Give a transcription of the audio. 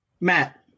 Matt